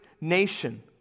nation